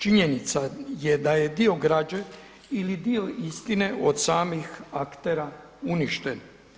Činjenica je da je dio građe ili dio istine od samih aktera uništen.